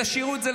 ותשאירו את זה,